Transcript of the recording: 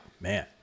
man